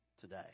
today